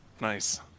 Nice